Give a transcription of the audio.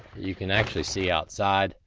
you can actually see outside.